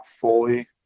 fully